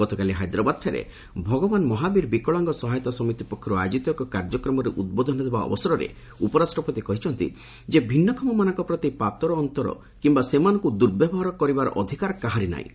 ଗତକାଲି ହାଇଦ୍ରାବାଦଠାରେ ଭଗବାନ ମହାବୀର ବିକଳାଙ୍ଗ ସହାୟତା ସମିତି ପକ୍ଷରୁ ଆୟୋଜିତ ଏକ କାର୍ଯ୍ୟକ୍ରମରେ ଉଦ୍ବୋଧନ ଦେବା ଅବସରରେ ଉପରାଷ୍ଟ୍ରପତି କହିଛନ୍ତି ଭିନ୍ନକ୍ଷମ ମାନଙ୍କ ପ୍ରତି ପାତର ଅନ୍ତର କିମ୍ବା ସେମାନଙ୍କୁ ଦୁର୍ବ୍ୟବହାର କରିବାର ଅଧିକାର କାହାରି ନାହିଁ